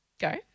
Go